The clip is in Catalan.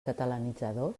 catalanitzador